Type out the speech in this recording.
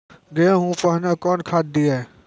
गेहूँ पहने कौन खाद दिए?